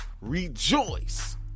rejoice